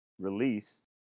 released